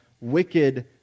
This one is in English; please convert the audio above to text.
wicked